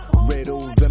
riddles